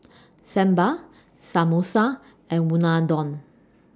Sambar Samosa and Unadon